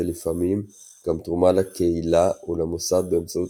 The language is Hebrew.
ולפעמים גם תרומה לקהילה ולמוסד באמצעות